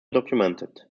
documented